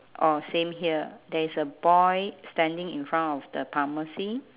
orh same here there is a boy standing in front of the pharmacy